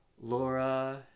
Laura